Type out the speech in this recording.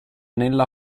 nella